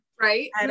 Right